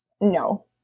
No